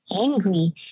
angry